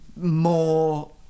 more